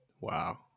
Wow